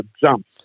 jump